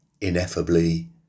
ineffably